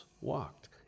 walked